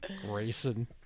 Grayson